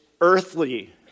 earthly